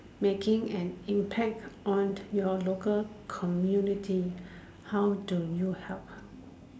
making an impact on your local community how do you help